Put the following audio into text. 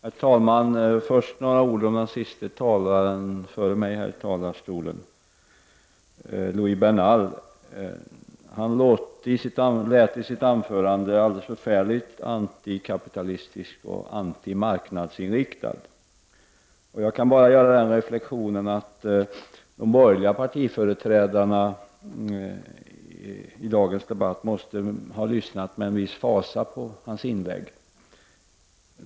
Herr talman! Först några ord till den närmast föregående talaren före mig, Loui Bernal. Han lät i sitt anförande alldeles förfärligt antikapitalistisk och antimarknadsinriktad. Jag kan bara göra den reflexionen att de borgerliga partiföreträdarna i dagens debatt måste ha lyssnat med en viss fasa på hans inlägg.